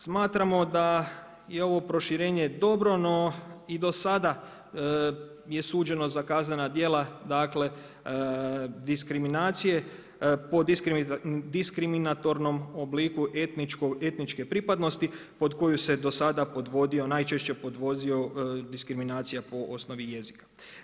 Smatramo da je ovo proširenje dobro, no i do sada je suđeno za kaznena djela, dakle diskriminacije po diskriminatornom obliku etničke pripadnosti pod koju se do sada podvodio, najčešće podvodio diskriminacija po osnovi jezika.